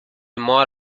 more